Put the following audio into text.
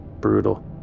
brutal